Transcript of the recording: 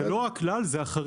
זה לא הכלל, זה החריג.